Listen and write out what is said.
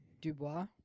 Dubois